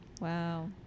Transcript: wow